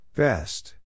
Best